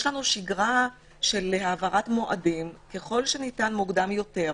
יש לנו שגרה של העברת מועדים ככל הניתן מוקדם יותר,